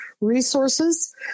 resources